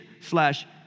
Slash